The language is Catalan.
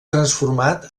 transformat